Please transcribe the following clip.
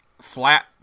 flat